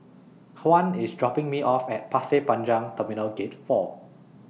Juan IS dropping Me off At Pasir Panjang Terminal Gate four